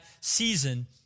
season